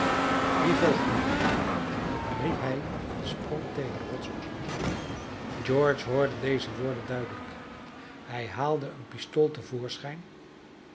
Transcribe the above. wie volgt mij riep hij en sprong tegen de rots op george hoorde deze woorden duidelijk hij haalde een pistool